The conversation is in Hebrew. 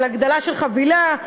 על הגדלה של חבילה.